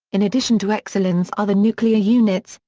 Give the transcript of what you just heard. in addition to exelon's other nuclear units,